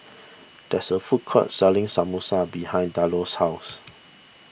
there is a food court selling Samosa behind Delos' house